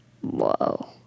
Whoa